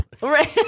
Right